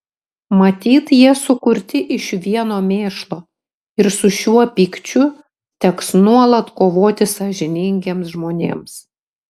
matyt jie sukurti iš vieno mėšlo ir su šiuo pykčiu teks nuolat kovoti sąžiningiems žmonėms